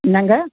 என்னங்க